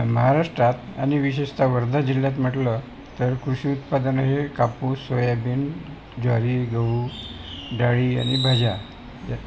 महाराष्ट्रात आणि विशेषतः वर्धा जिल्ह्यात म्हटलं तर कृषी उत्पादन हे कापूस सोयाबीन ज्वारी गहू डाळी आणि भाज्या